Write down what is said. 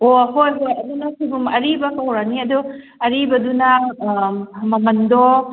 ꯑꯣ ꯍꯣꯏ ꯍꯣꯏ ꯑꯗꯨ ꯅꯣꯏ ꯁꯣꯏꯕꯨꯝ ꯑꯔꯤꯕ ꯄꯨꯔꯛꯑꯅꯤ ꯑꯗꯨ ꯑꯔꯤꯕꯗꯨꯅ ꯃꯃꯜꯗꯣ